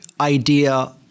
idea